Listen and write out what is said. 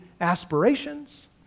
aspirations